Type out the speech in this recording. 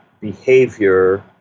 behavior